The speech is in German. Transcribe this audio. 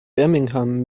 birmingham